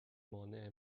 مانع